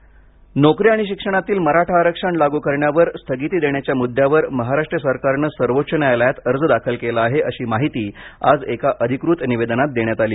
मराठा आरक्षण नोकरी आणि शिक्षणातील मराठा आरक्षण लागू करण्यावर स्थगिती देण्याच्या मुद्यावर महाराष्ट्र सरकारने सर्वोच्च न्यायालयात अर्ज दाखल केला आहे अशी माहिती आज एका अधिकृत निवेदनात देण्यात आली